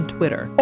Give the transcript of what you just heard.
Twitter